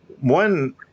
One